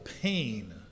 pain